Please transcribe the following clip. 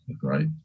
Great